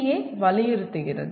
ஏ வலியுறுத்துகிறது